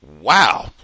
wow